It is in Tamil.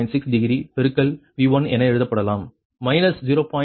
6 டிகிரி பெருக்கல் V1 என எழுதப்படலாம் மைனஸ் 0